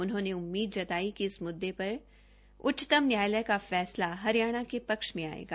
उन्होंने उम्मीद जताई कि इस मुददे पर उच्चतम न्यायालय का फैसला हरियाणा के पक्ष में आयेगा